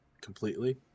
completely